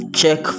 check